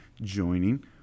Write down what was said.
joining